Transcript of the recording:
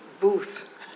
booth